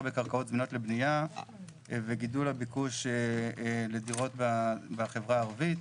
בקרקעות זמינות לבניה וגידול הביקוש לדירות בחברה הערבית.